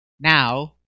now